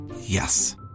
Yes